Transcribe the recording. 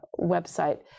website